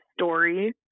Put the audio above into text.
story